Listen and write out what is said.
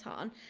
on